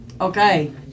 okay